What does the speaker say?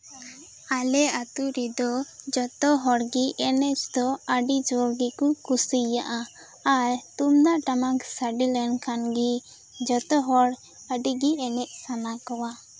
ᱟᱞᱮ ᱟᱛᱳ ᱨᱮᱫᱚ ᱡᱚᱛᱚ ᱦᱚᱲᱜᱮ ᱮᱱᱮᱡ ᱫᱚ ᱟᱹᱰᱤ ᱡᱳᱨ ᱜᱮᱠᱚ ᱠᱩᱥᱤᱭᱟᱜᱼᱟ ᱟᱨ ᱛᱩᱢᱫᱟᱜ ᱴᱟᱢᱟᱠ ᱥᱟᱰᱮ ᱞᱮᱱᱠᱷᱟᱱᱜᱮ ᱡᱚᱛᱚ ᱦᱚᱲ ᱟᱹᱰᱤᱜᱮ ᱮᱱᱮᱡ ᱥᱟᱱᱟ ᱠᱚᱣᱟ